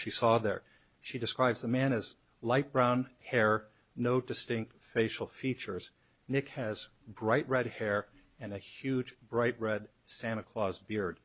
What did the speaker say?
she saw there she describes the man as light brown hair no distinct facial features nick has bright red hair and a huge bright red santa claus beard